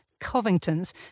Covingtons